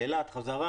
לאילת וחזרה,